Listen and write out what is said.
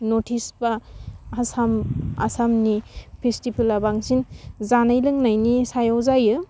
north east बा आसाम आसामनि फेस्टिभेलआ बांसिन जानाय लोंनायनि सायाव जायो